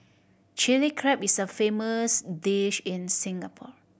Chilli Crab is a famous dish in Singapore